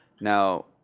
Now